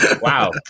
Wow